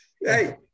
Hey